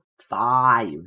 five